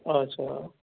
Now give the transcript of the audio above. اچھا